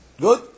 Good